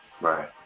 Right